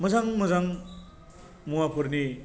मोजां मोजां मुवाफोरनि